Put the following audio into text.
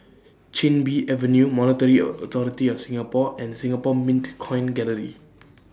Chin Bee Avenue Monetary Authority of Singapore and Singapore Mint Coin Gallery